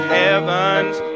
heaven's